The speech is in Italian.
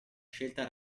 scelta